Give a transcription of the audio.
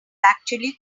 actually